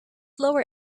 lower